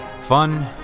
Fun